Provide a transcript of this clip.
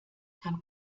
kann